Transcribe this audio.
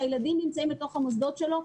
שהילדים נמצאים בתוך המוסדות שלו,